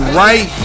right